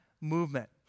movement